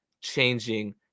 changing